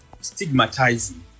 stigmatizing